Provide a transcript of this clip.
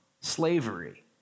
slavery